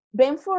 Benford